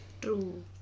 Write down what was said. True